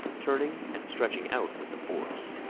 turning and stretching out with the force,